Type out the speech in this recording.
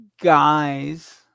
guys